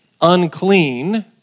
unclean